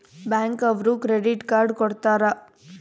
bank ಅವ್ರು credit card ಕೊಡ್ತಾರ